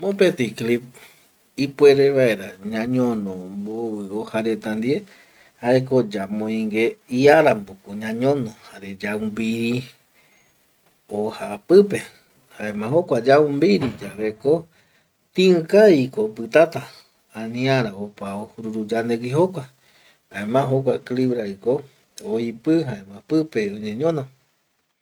Mopeti clip ipuere vaera ñañono hoja reta ndie jaeko yamoigue iaramboko ñañono jare yaumbiri hoja pipe jaema jokua hoja yaumbiri yaveko tiikaviko opitata aniara opa ojururu yandegui jokua, jaema jokua clip raiko oipi jaema pipe oñeñono